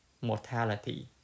mortality